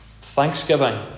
Thanksgiving